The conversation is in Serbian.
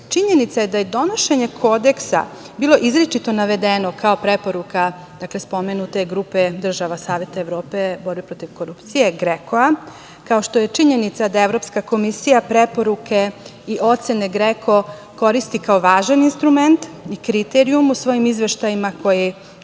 činjenica je da je donošenje Kodeksa bilo izričito navedeno kao preporuka spomenute grupe država Saveta Evrope, borba protiv korupcije, GREKO-a, kao što je činjenica da Evropska komisija preporuke i ocene GREKO koristi kao važan instrument i kriterijum u svojim izveštajima koje